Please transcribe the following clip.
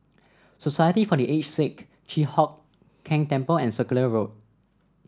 Society for The Aged Sick Chi Hock Keng Temple and Circular Road